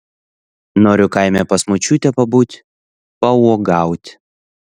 noriu kaime pas močiutę pabūt pauogaut